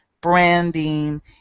branding